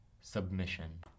submission